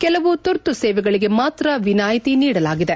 ಕೆಲವು ತುರ್ತು ಸೇವೆಗಳಿಗೆ ಮಾತ್ರ ವಿನಾಯಿತಿ ನೀಡಲಾಗಿದೆ